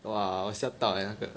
!wah! 我吓到 leh 那个